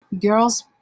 Girls